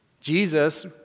Jesus